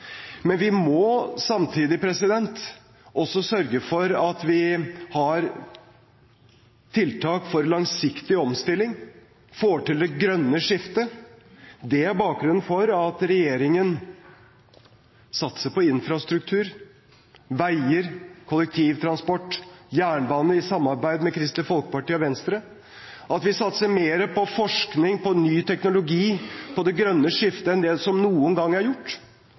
Men vi må samtidig sørge for at vi har tiltak for langsiktig omstilling, at vi får til det grønne skiftet. Det er bakgrunnen for at regjeringen satser på infrastruktur, veier, kollektivtransport, jernbane, i samarbeid med Kristelig Folkeparti og Venstre, at vi satser mer på forskning, på ny teknologi og på det grønne skiftet enn det som noen gang er gjort.